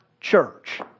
church